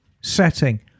setting